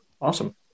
awesome